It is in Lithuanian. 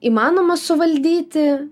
įmanoma suvaldyti